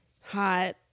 hot